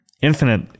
Infinite